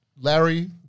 Larry